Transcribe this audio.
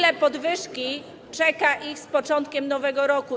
Jaka podwyżka czeka ich z początkiem nowego roku?